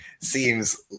seems